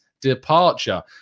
departure